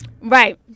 right